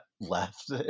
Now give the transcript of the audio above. left